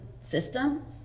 system